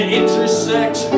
intersect